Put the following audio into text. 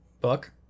book